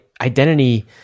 identity